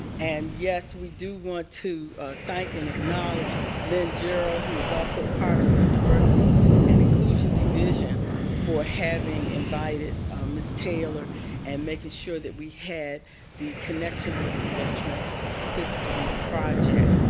and yes, we do want to thank and acknowledge lynn gerald, who is also part of the diversity and inclusion division for having invited ms. taylor and making sure we had the connection with the veterans history project.